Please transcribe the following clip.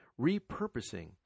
repurposing